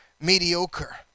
mediocre